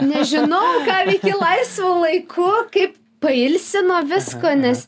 nežinau ką veiki laisvu laiku kaip pailsi nuo visko nes